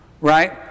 right